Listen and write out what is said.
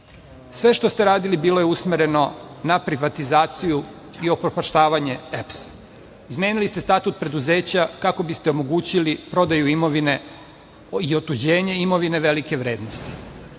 sve što ste radili bilo je usmereno na privatizaciju i upropaštanje EPS-a. Izmenili ste Statut preduzeća kako biste omogućili prodaju i otuđenje imovine velike vrednosti.